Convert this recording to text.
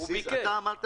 הוא ביקש.